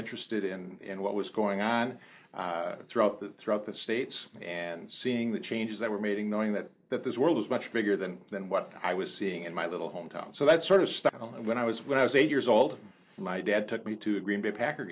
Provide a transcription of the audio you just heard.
interested in what was going on throughout the throughout the states and seeing the changes that were meeting knowing that that this world is much bigger than than what i was seeing in my little hometown so that sort of stuff at home and when i was when i was eight years old my dad took me to a green bay packer